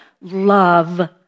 Love